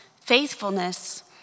faithfulness